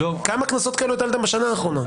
כמה קנסות כאלה הטלתם בשנה האחרונה?